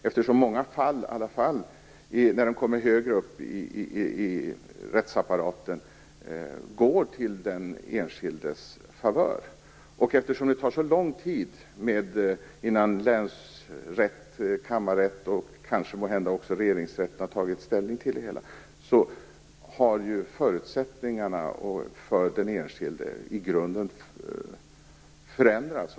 Eftersom många fall som hamnar högre upp i rättsapparaten går till den enskildes favör och eftersom det tar så lång tid innan länsrätt, kammarrätt och kanske måhända också regeringsrätt har tagit ställning till det hela har ju den enskildes förutsättningar i grunden förändrats.